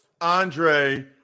Andre